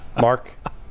Mark